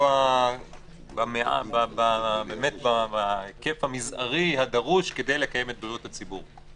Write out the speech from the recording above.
ולפגוע באמת בהיקף המזערי הדרוש כדי לקיים את בריאות הציבור.